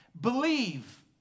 Believe